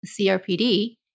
CRPD